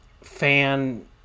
fan